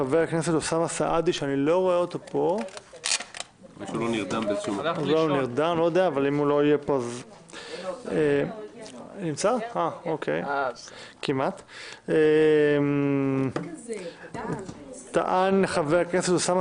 חבר הכנסת אוסאמה סעדי טען כי